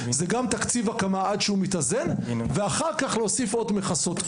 זה גם תקציב הקמה עד שהוא מתאזן ואחר כך להוסיף עוד מכסות.